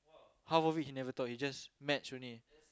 half of it he never talk he just match only